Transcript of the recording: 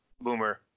Boomer –